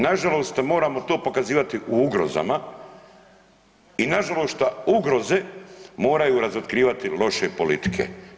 Na žalost moramo to pokazivati u ugrozama i na žalost šta ugroze moraju otkrivati loše politike.